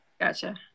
Gotcha